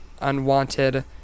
unwanted